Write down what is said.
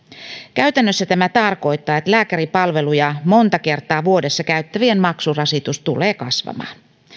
käytännössä tämä tarkoittaa että lääkäripalveluja monta kertaa vuodessa käyttävien maksurasitus tulee kasvamaan